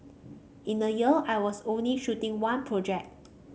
in a year I was only shooting one project